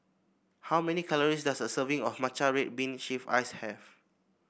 how many calories does a serving of matcha red bean shave ice have